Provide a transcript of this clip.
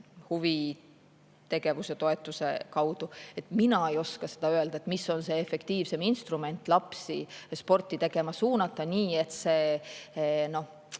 huvitegevustoetuse kaudu – mina ei oska seda öelda, mis on efektiivsem instrument lapsi sporti tegema suunata nii, et see ei